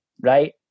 right